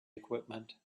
equipment